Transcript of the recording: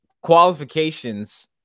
qualifications